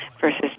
versus